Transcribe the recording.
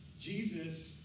Jesus